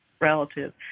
relative